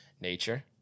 nature